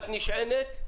את נשענת,